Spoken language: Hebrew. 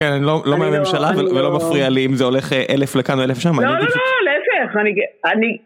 כן, אני לא אומר ממשלה, ולא מפריע לי אם זה הולך אלף לכאן או אלף שם. לא לא לא, להפך, אני...